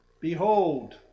Behold